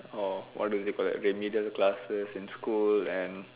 or what do you call that remedial classes in school